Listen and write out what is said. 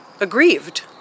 aggrieved